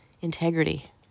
Integrity